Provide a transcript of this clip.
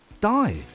die